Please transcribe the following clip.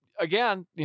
Again